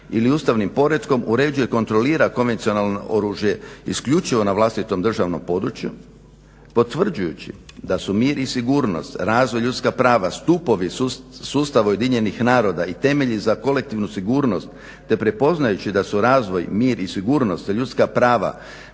ili ustavnim poretkom uređuje i kontrolira konvencionalno oružje isključivo na vlastitom državnom području. Potvrđujući da su mir i sigurnost, razvoj i ljudska prava stupovi sustava UN-a i temelji za kolektivnu sigurnost te prepoznajući da su razvoj, mir i sigurnost te ljudska prava